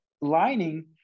lining